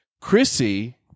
Chrissy